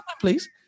please